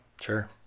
Sure